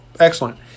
Excellent